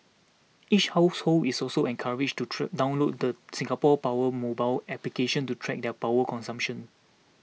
each household is also encouraged to treat download the Singapore Power mobile application to track their power consumption